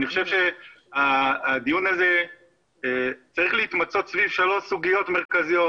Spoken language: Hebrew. אני חושב שהדיון הזה צריך להתמצות סביב שלוש סוגיות מרכזיות.